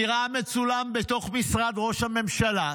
נראה מצולם בתוך משרד ראש הממשלה,